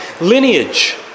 lineage